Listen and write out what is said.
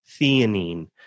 theanine